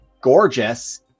gorgeous